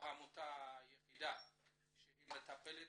העמותה היחידה שמטפלת